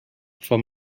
for